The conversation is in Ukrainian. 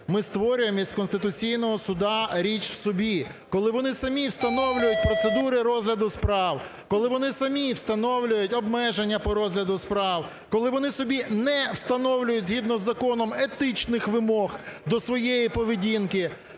Ми створюємо із Конституційного Суду річ в собі, коли вони самі встановлюють процедури розгляду справ, коли вони самі встановлюють обмеження по розгляду справ, коли вони собі не встановлюють згідно з законом етичних вимог до своєї поведінки.